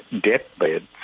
deathbeds